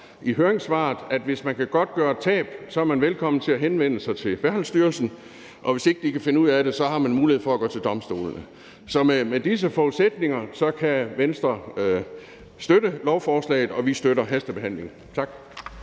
i høringssvaret: at hvis man kan godtgøre et tab, er man velkommen til at henvende sig til Færdselsstyrelsen, og at hvis de ikke kan finde ud af det, så har man mulighed for at gå til domstolene. Så ud fra disse forudsætninger kan Venstre støtte lovforslaget. Og vi støtter hastebehandlingen. Tak.